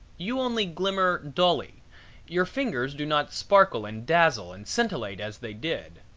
you only glimmer dully your fingers do not sparkle and dazzle and scintillate as they did.